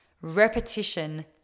Repetition